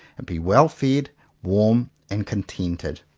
and be well-fed, warm, and contented.